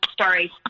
sorry